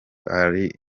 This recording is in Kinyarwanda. ari